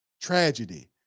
tragedy